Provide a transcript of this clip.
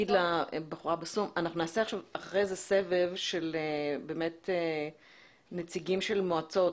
נעשה סבב ונשמע נציגים של מועצות.